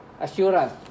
assurance